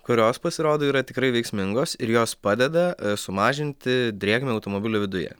kurios pasirodo yra tikrai veiksmingos ir jos padeda sumažinti drėgmę automobilio viduje